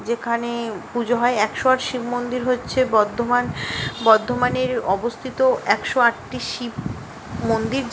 যেখানে পুজো হয় একশো আট শিব মন্দির হচ্ছে বর্ধমান বর্ধমানে অবস্থিত একশো আটটি শিব মন্দির